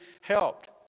helped